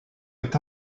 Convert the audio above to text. est